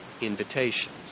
invitations